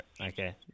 Okay